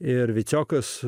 ir vyčiokas